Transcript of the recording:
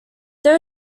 there